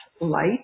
light